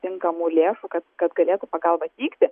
tinkamų lėšų kad kad galėtų pagalbą teikti